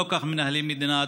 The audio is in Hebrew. לא כך מנהלים מדינה,